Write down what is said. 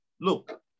Look